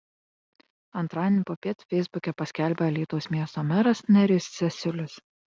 antradienį popiet feisbuke paskelbė alytaus miesto meras nerijus cesiulis